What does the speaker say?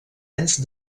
anys